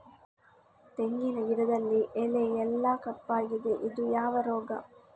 ತೆಂಗಿನ ಗಿಡದಲ್ಲಿ ಎಲೆ ಎಲ್ಲಾ ಕಪ್ಪಾಗಿದೆ ಇದು ಯಾವ ರೋಗ?